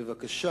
בבקשה.